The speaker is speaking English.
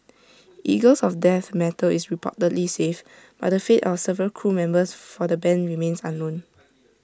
eagles of death metal is reportedly safe but the fate of several crew members for the Band remains unknown